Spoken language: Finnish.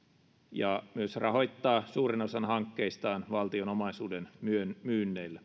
ja myös rahoittaa suuren osan hankkeistaan valtion omaisuuden myynneillä